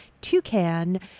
toucan